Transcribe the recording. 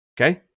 Okay